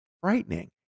frightening